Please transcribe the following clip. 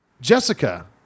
Jessica